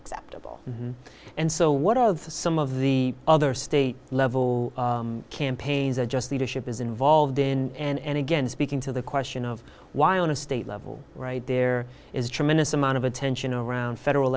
acceptable and so what of some of the other state level campaigns or just leadership is involved in and again speaking to the question of why on a state level right there is a tremendous amount of attention around federal